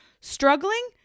struggling